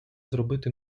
зробити